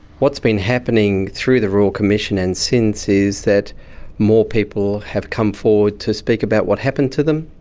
what's been happening through the royal commission and since is that more people have come forward to speak about what happened to them,